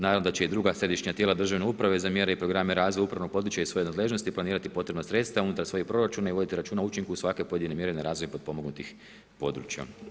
Naravno da će i druga središnja tijela državne uprave za mjere i programe razvoja upravo područja iz svoje nadležnosti planirati potrebna sredstva unutar svojih proračuna i voditi računa o učinku svake pojedine mjere na razvoj potpomognutih područja.